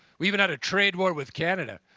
we even had a trade war with canada.